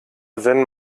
wenn